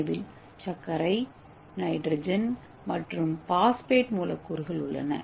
ஏவில் சர்க்கரை நைட்ரஜன் அடிப்படை மற்றும் பாஸ்பேட் மூலக்கூறுகள் உள்ளன